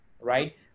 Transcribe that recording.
right